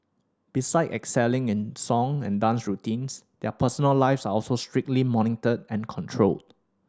besides excelling in song and dance routines their personal lives are also strictly monitored and controlled